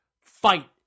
fight